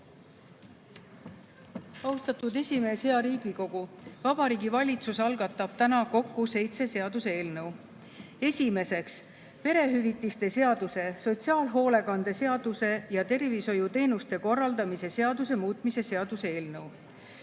Austatud esimees! Hea Riigikogu! Vabariigi Valitsus algatab täna seitse seaduseelnõu. Esiteks, perehüvitiste seaduse, sotsiaalhoolekande seaduse ja tervishoiuteenuste korraldamise seaduse muutmise seaduse eelnõu.